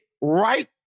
right